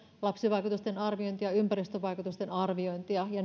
lapsivaikutusten arviointia ja ympäristövaikutusten arviointia ja